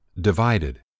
divided